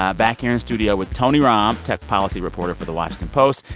ah back here in studio with tony romm, tech policy reporter for the washington post,